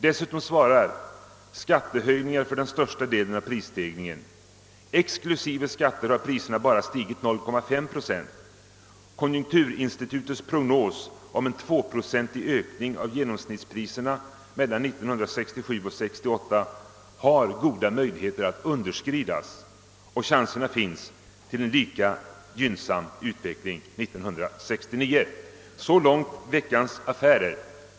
Dessutom svarar skattehöjningar för den största delen av prisstegringen. Exklusive skatter har priserna bara stigit 0,5 procent. Konjunkturinstitutets prognos om en tvåprocentig ökning av genomsnittspriserna mellan 1967 och 1968 har goda möjligheter att underskridas. Och chansen finns till en lika gynnsam utveckling 1969.» Så långt Veckans affärer.